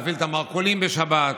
להפעיל את המרכולים בשבת,